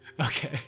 Okay